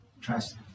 trust